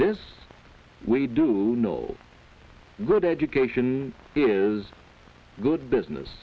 this we do know good education is good business